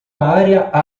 área